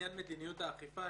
לעניין מדיניות האכיפה,